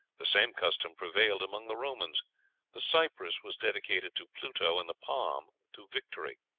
the same custom prevailed among the romans the cypress was dedicated to pluto, and the palm to victory.